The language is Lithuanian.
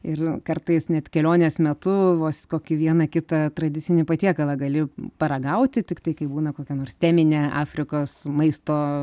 ir kartais net kelionės metu vos kokį vieną kitą tradicinį patiekalą gali paragauti tiktai kai būna kokia nors teminė afrikos maisto